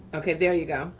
okay, there you go.